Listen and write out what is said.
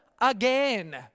again